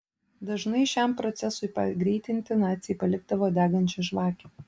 dažnai šiam procesui pagreitinti naciai palikdavo degančią žvakę